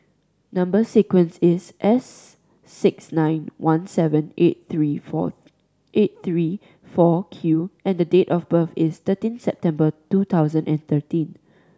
number sequence is S six nine one seven eight three four eight three four Q and the date of birth is thirteen September two thousand and thirteen